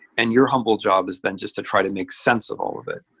and your humble job is then just to try to make sense of all of it.